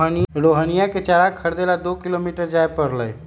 रोहिणीया के चारा खरीदे ला दो किलोमीटर जाय पड़लय